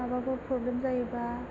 माबाफोर प्रब्लेम जायोबा